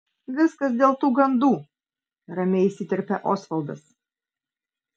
viskas dėl tų gandų ramiai įsiterpia osvaldas